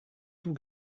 tout